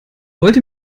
wollte